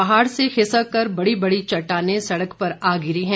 पहाड़ से खिसक कर बड़ी बड़ी चट्टाने सड़क पर आ गिरी हैं